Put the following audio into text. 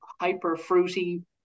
hyper-fruity